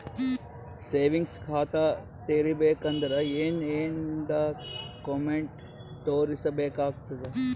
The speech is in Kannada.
ಸೇವಿಂಗ್ಸ್ ಖಾತಾ ತೇರಿಬೇಕಂದರ ಏನ್ ಏನ್ಡಾ ಕೊಮೆಂಟ ತೋರಿಸ ಬೇಕಾತದ?